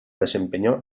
desempeñó